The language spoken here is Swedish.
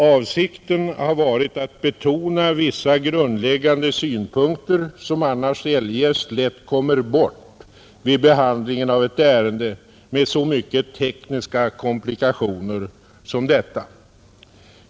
Avsikten har varit att betona vissa grundläggande synpunkter som annars lätt kommer bort vid behandlingen av ett ärende med så mycket tekniska komplikationer som detta.